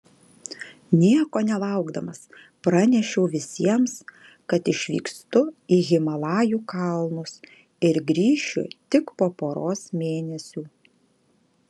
nieko nelaukdamas pranešiau visiems kad išvykstu į himalajų kalnus ir grįšiu tik po poros mėnesių